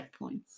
checkpoints